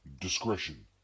Discretion